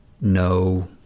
no